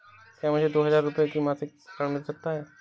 क्या मुझे दो हजार रूपए का मासिक ऋण मिल सकता है?